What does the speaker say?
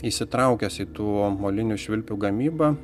įsitraukęs į tų molinių švilpių gamybą